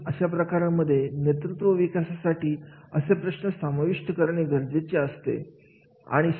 म्हणून अशा प्रकारांमध्ये नेतृत्व विकासासाठी असे प्रश्न समाविष्ट करणे गरजेचे असते